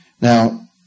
Now